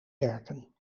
werken